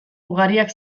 ugariak